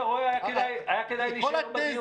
הנה, אתה רואה, היה כדאי להישאר בדיון.